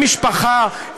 במשפחה,